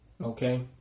Okay